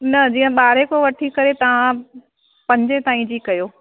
न जीअं ॿारहें खां वठी करे तव्हां पंजे ताईं जी कयो